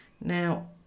Now